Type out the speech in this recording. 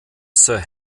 sir